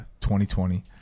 2020